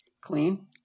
Clean